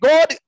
God